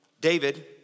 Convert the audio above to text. David